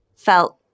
felt